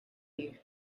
you